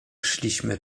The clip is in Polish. szliśmy